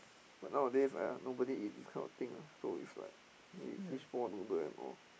but nowadays uh nobody eat this kind of thing lah so it's like maybe fishball-noodle and all